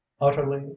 utterly